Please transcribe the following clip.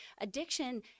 Addiction